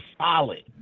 solid